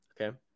Okay